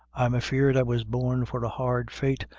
i'm afeared i was born for a hard fate,